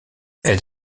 elle